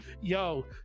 Yo